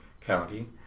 County